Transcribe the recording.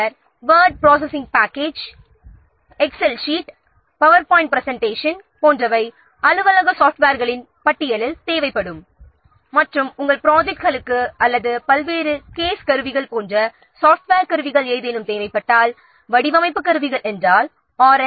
பின்னர் word processing package Excel sheet PowerPoint presentation போன்ற அலுவலக சாஃப்ட்வேர்களின் பட்டியல் தேவைப்படும் மற்றும் நம் ப்ராஜெக்ட்களுக்கு பல்வேறு கேஸ் கருவிகள் போன்ற சாப்ட்வேர் கருவிகள் ஏதேனும் தேவைப்படலாம் வடிவமைப்பு கருவிகள் எனில் ஆர்